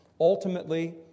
Ultimately